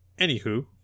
anywho